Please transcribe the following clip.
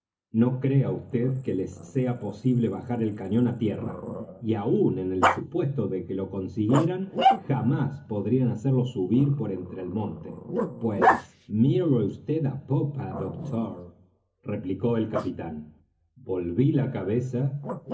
no crea vd que les sea posible bajar el cañón á tierra y aun en el supuesto de que lo consiguieran jamás podrían hacerlo subir por entre el monte pues mire vd á popa doctor replicó el capitán volví la cabeza